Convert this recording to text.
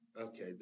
Okay